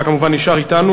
אתה כמובן נשאר אתנו.